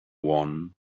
one